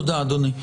תודה אדוני.